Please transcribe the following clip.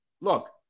look